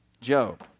Job